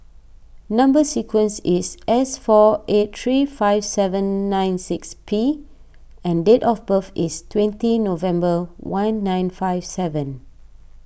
Number Sequence is S four eight three five seven nine six P and date of birth is twenty November one nine five seven